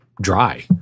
dry